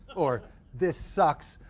or this sucks,